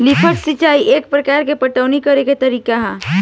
lift सिंचाई एक तरह के पटवनी करेके तरीका ह